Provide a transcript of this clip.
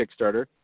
Kickstarter